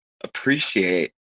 appreciate